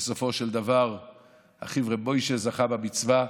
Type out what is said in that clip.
בסופו של דבר אחיו, רב משה, זכה במצווה.